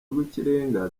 rw’ikirenga